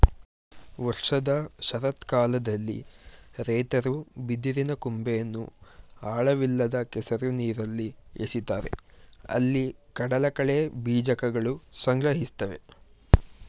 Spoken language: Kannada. ವರ್ಷದ ಶರತ್ಕಾಲದಲ್ಲಿ ರೈತರು ಬಿದಿರಿನ ಕೊಂಬೆಯನ್ನು ಆಳವಿಲ್ಲದ ಕೆಸರು ನೀರಲ್ಲಿ ಎಸಿತಾರೆ ಅಲ್ಲಿ ಕಡಲಕಳೆ ಬೀಜಕಗಳು ಸಂಗ್ರಹಿಸ್ತವೆ